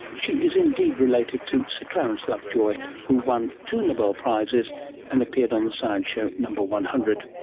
she is indeed related to sir clarence lovejoy who won two nobel prizes and appeared on the science show number one hundred